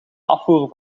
afvoer